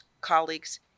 colleagues